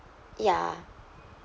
ya